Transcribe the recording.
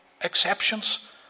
exceptions